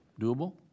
doable